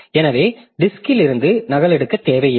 எனவே டிஸ்க்ல் இருந்து நகலெடுக்க தேவையில்லை